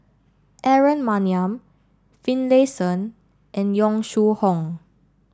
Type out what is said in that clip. Aaron Maniam Finlayson and Yong Shu Hoong